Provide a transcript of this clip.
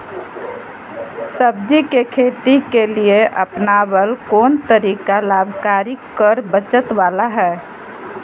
सब्जी के खेती के लिए अपनाबल कोन तरीका लाभकारी कर बचत बाला है?